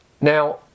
Now